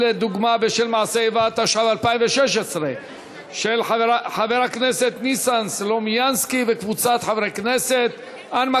48, כולל קולו של באסל זה 49 בעד, נגד, אין, אין